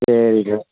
சரி சார்